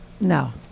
No